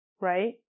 right